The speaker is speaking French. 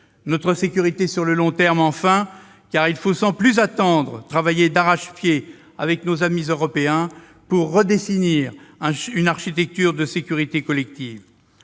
notre sécurité sur le long terme, enfin, car il faut sans plus attendre travailler d'arrache-pied avec nos amis Européens pour redéfinir notre architecture de sécurité collective.